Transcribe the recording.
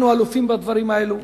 אנחנו אלופים בדברים האלה.